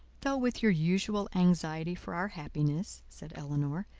though with your usual anxiety for our happiness, said elinor,